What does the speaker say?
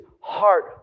heart